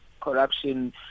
corruption